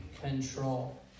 control